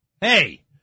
Hey